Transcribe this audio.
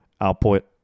output